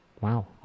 wow